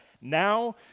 now